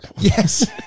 Yes